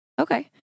Okay